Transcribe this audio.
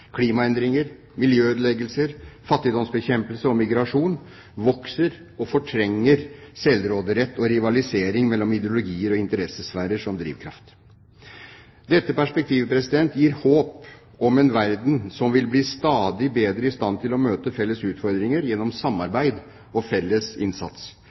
klimaendringer, miljøødeleggelser, fattigdomsbekjempelse og migrasjon vokser og fortrenger selvråderett og rivalisering mellom ideologier og interessesfærer som drivkraft. Dette perspektiv gir håp om en verden som vil bli stadig bedre i stand til å møte felles utfordringer gjennom samarbeid og felles innsats,